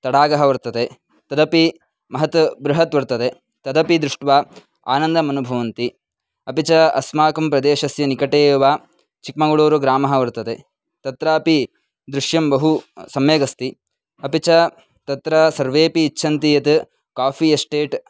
तडागः वर्तते तदपि महान् बृहत् वर्तते तदपि दृष्ट्वा आनन्दमनुभवन्ति अपि च अस्माकं प्रदेशस्य निकटे एव चिक्मङ्ग्ळूरुग्रामः वर्तते तत्रापि दृश्यं बहु सम्यगस्ति अपि च तत्र सर्वेऽपि इच्छन्ति यत् काफ़ि एस्टेट्